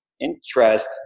interest